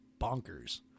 bonkers